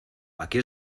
aquí